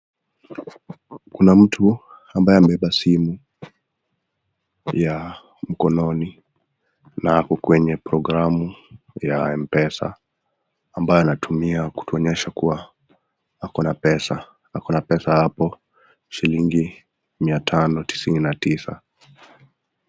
Kuna mtu ambaye amebeba simu ya mkononi na ako kwenye programu ya m-pesa ambayo anatumia kutuonyesha kuwa ako na pesa. Ako na pesa hapo shilingi mia tano tisini na tisa.